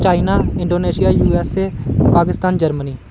China Indonesia USA Pakistan Germany